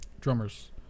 Drummers